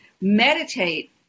meditate